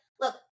look